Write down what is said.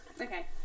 Okay